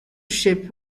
ship